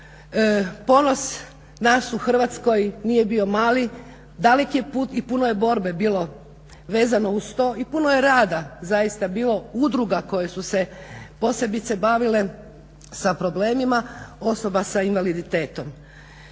Ponos nas u Hrvatskoj nije bio mali, dalek je put i puno je borbe bilo vezano uz to i puno je rada zaista bilo, udruga koje su se posebice bavile sa problemima osoba s invaliditetom.